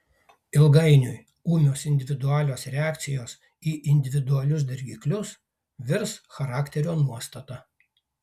ilgainiui ūmios individualios reakcijos į individualius dirgiklius virs charakterio nuostata